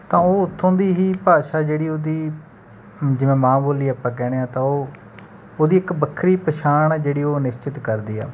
ਤਾਂ ਉਹ ਓਥੋਂ ਦੀ ਹੀ ਭਾਸ਼ਾ ਜਿਹੜੀ ਉਹਦੀ ਜਿਵੇਂ ਮਾਂ ਬੋਲੀ ਆਪਾਂ ਕਹਿੰਦੇ ਤਾਂ ਉਹ ਉਹਦੀ ਇੱਕ ਵੱਖਰੀ ਪਛਾਣ ਹੈ ਜਿਹੜੀ ਉਹ ਨਿਸ਼ਚਿਤ ਕਰਦੀ ਆ